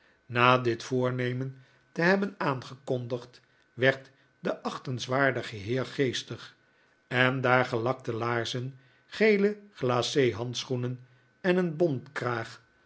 na dit voornemen te hebben aangekondigd werd de achtenswaardige heer geestig en daar gelakte laarzen gele glace handschoenen en een